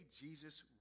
Jesus